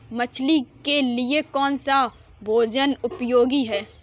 मछली के लिए कौन सा भोजन उपयोगी है?